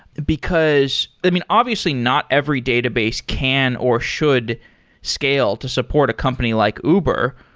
because i mean, obviously, not every database can or should scale to support a company like uber.